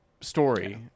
story